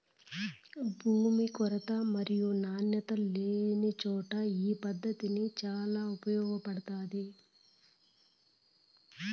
భూమి కొరత మరియు నాణ్యత లేనిచోట ఈ పద్దతి చాలా ఉపయోగపడుతాది